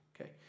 Okay